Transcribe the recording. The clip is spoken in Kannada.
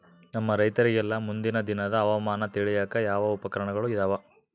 ನಮ್ಮ ರೈತರಿಗೆಲ್ಲಾ ಮುಂದಿನ ದಿನದ ಹವಾಮಾನ ತಿಳಿಯಾಕ ಯಾವ ಉಪಕರಣಗಳು ಇದಾವ?